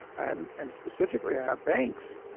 and and specifically our banks,